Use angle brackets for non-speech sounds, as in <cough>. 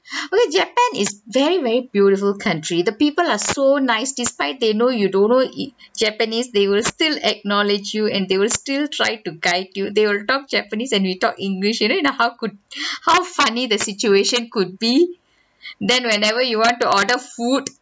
<breath> okay japan is very very beautiful country the people are so nice despite they know you don't know it~ japanese they will still acknowledge you and they will still try to guide you they will talk japanese and we talk english you know how could how funny the situation could be then whenever you want to order food